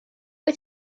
wyt